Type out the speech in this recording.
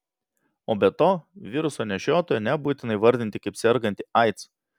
o be to viruso nešiotoją nebūtina įvardinti kaip sergantį aids